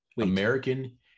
American